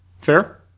Fair